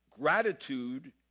Gratitude